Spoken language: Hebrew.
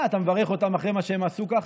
מה אתה מברך אותם אחרי שהם עשו כך?